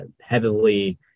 heavily